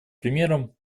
примеру